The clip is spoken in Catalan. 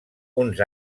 uns